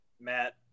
Matt